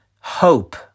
hope